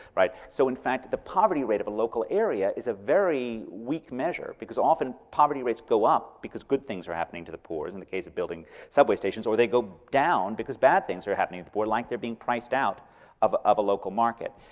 so in fact the poverty rate of a local area is a very weak measure, because often poverty rates go up because good things are happening to the poor, as in the case of building subway stations, or they go down because bad things are happening to the poor like they're being priced out of of a local market.